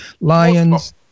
lions